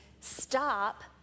stop